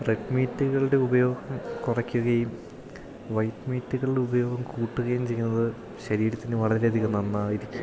red മീറ്റുകളുടെ ഉപയോഗം കുറയ്ക്കുകയും വൈറ്റ് മീറ്റുകളുടെ ഉപയോഗം കൂട്ടുകയും ചെയ്യുന്നത് ശരീരത്തിന് വളരെ അധികം നന്നായിരിക്കും